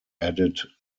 added